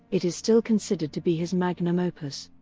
it is still considered to be his magnum opus.